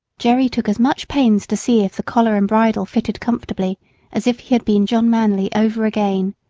jerry took as much pains to see if the collar and bridle fitted comfortably as if he had been john manly over again.